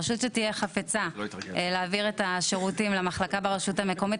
רשות שתהיה חפצה להעביר את השירותים למחלקה ברשות המקומית,